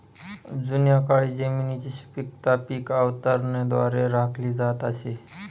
जुन्या काळी जमिनीची सुपीकता पीक आवर्तनाद्वारे राखली जात असे